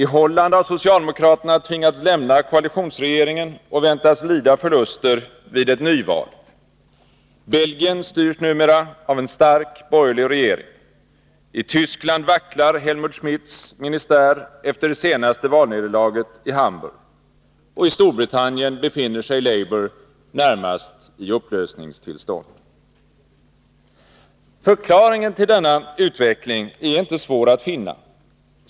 I Holland har socialdemokraterna tvingats lämna koalitionsregeringen och väntas lida förluster vid ett nyval. Belgien styrs numera av en stark borgerlig regering. I Tyskland vacklar Helmut Schmidts ministär efter det senaste valnederlaget i Hamburg. Och i Storbritannien befinner sig labour närmast i upplösningstillstånd. Förklaringen till denna utveckling är inte svår att finna.